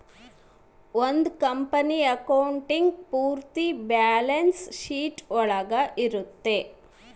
ಒಂದ್ company accounting ಪೂರ್ತಿ balance sheet ಒಳಗ ಇರುತ್ತೆ